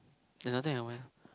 there's nothing I want